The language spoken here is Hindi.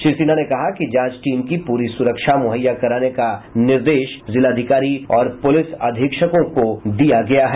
श्री सिन्हा ने कहा कि जांच टीम को पूरी सुरक्षा मुहैया कराने का निर्देश जिलाधिकारी और पुलिस अधीक्षकों को दिया गया है